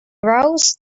rows